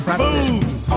boobs